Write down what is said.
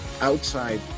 outside